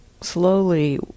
slowly